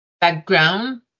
background